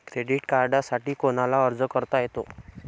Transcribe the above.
Credit कार्डसाठी कोणाला अर्ज करता येतो?